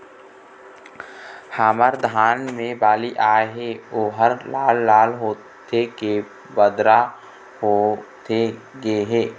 हमर धान मे बाली आए हे ओहर लाल लाल होथे के बदरा होथे गे हे?